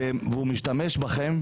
הוא משתמש בכם,